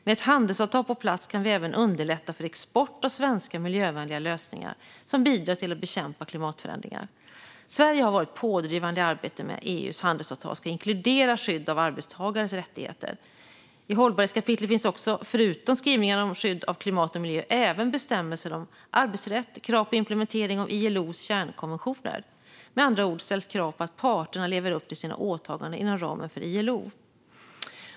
Med ett handelsavtal på plats kan vi även underlätta för export av svenska miljövänliga lösningar som bidrar till att bekämpa klimatförändringar. Sverige har varit pådrivande i arbetet med att EU:s handelsavtal ska inkludera skydd av arbetstagares rättigheter. I hållbarhetskapitlet finns förutom skrivningar om skydd av klimat och miljö även bestämmelser om arbetsrätt och krav på implementering av ILO:s kärnkonventioner. Med andra ord ställs krav på att parterna lever upp till sina åtaganden inom ramen för ILO.